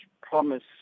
promise